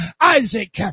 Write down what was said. Isaac